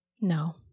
No